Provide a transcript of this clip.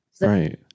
right